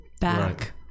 back